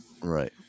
Right